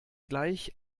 gleich